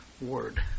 Word